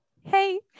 hey